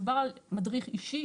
מדובר על מדריך אישי.